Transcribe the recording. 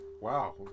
Wow